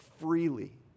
freely